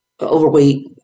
overweight